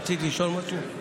רצית לשאול משהו?